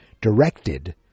directed